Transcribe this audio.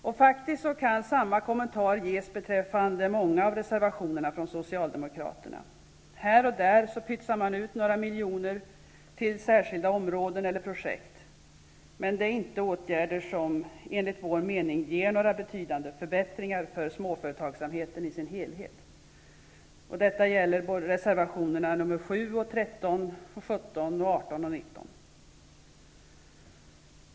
Samma kommentarer kan faktiskt ges beträffande många av reservationerna från Socialdemokraterna. Här och där pytsar man ut några miljoner till särskilda områden eller projekt. Det är dock inte åtgärder som, enligt vår mening, ger några några betydande förbättringar för småföretagsamheten i sin helhet. Detta gäller reservationerna nr 7, 13, 17, 18 och 19.